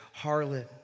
harlot